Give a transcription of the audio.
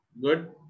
Good